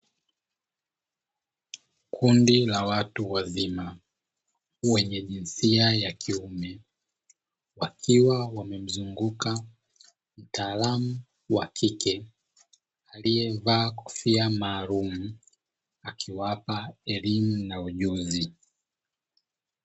Kundi la watu wazima wenye jinsia ya kiume wakiwa wamemzunguka mtaalamu wa kike aliyevaa kofia maalumu akiwapa elimu na ujuzi.